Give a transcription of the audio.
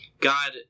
God